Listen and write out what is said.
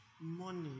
money